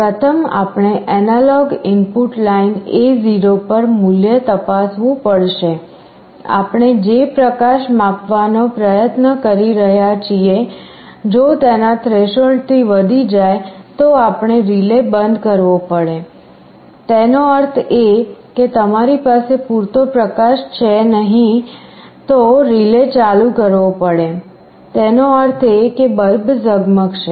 પ્રથમ આપણે analog input line A0 પર મૂલ્ય તપાસવું પડશેઆપણે જે પ્રકાશ માપવાનો પ્રયત્ન કરી રહ્યા છીએ જો તેના થ્રેશોલ્ડ થી વધી જાય તો આપણે રિલે બંધ કરવો પડે તેનો અર્થ એ કે તમારી પાસે પૂરતો પ્રકાશ છે નહીં તો રિલે ચાલુ કરવો પડે તેનો અર્થ એ કે બલ્બ ઝગમગશે